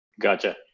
Gotcha